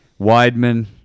Weidman